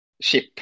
ship